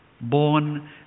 Born